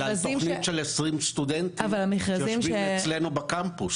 אלא על תוכנית של 20 סטודנטים שיושבים אצלנו בקמפוס.